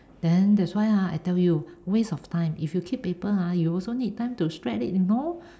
then that's why ah I tell you waste of time if you keep paper ah you also need time to shred it you know